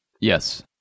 Yes